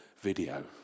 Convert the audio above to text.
video